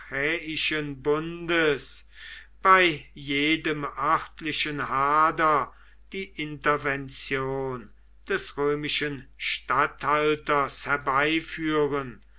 bei jedem örtlichen hader die intervention des römischen statthalters herbeiführen